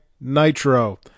Nitro